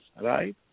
right